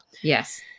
Yes